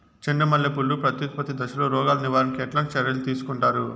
చెండు మల్లె పూలు ప్రత్యుత్పత్తి దశలో రోగాలు నివారణకు ఎట్లాంటి చర్యలు తీసుకుంటారు?